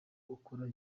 ukora